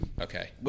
Okay